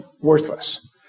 worthless